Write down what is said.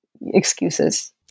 excuses